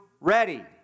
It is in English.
ready